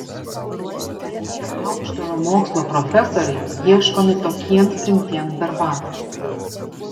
kokie aukštojo mokslo profesoriai ieškomi tokiems rimtiems darbams